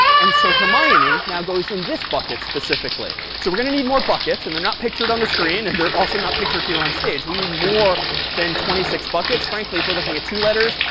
and so hermione now goes in this bucket specifically. so we're going to need more buckets. and they're not pictured on the screen. and they're also not pictured here on stage. we need more than twenty six buckets. frankly, if we're looking at two letters,